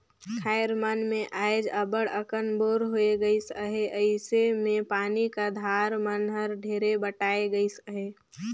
खाएर मन मे आएज अब्बड़ अकन बोर होए गइस अहे अइसे मे पानी का धार मन हर ढेरे बटाए गइस अहे